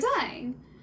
dying